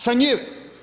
Sa njive.